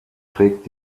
trägt